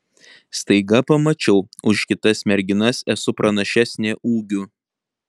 staiga pamačiau už kitas merginas esu pranašesnė ūgiu